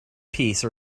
piece